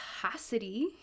capacity